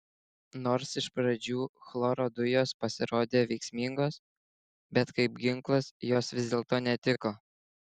nors iš pradžių chloro dujos pasirodė veiksmingos bet kaip ginklas jos vis dėlto netiko